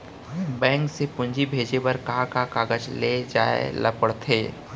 Bank से पूंजी भेजे बर का का कागज ले जाये ल पड़थे?